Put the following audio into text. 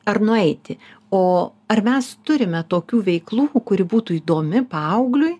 ar nueiti o ar mes turime tokių veiklų kuri būtų įdomi paaugliui